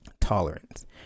tolerance